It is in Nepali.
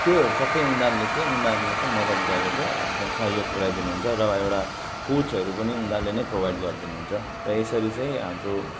त्योहरू सबै उनीहरूले चाहिँ उनीहरूले चाहिँ मदत गरेर चाहिँ एकदम सहयोग पुर्याइदिनु हुन्छ र एउटा कोचहरू पनि उनीहरूले नै प्रोभाइड गरिदिनु हुन्छ र यसरी चाहिँ हाम्रो